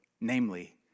Namely